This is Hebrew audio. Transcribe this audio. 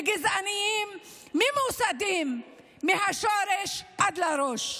וגזענים ממוסדים מהשורש עד לראש.